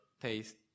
taste